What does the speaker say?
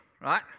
right